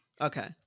Okay